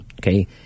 okay